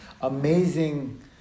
amazing